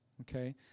okay